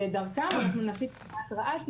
שדרכם נפיץ התראה,